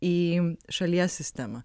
į šalies sistemą